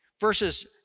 versus